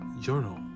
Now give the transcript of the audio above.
journal